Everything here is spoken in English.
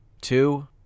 two